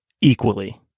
equally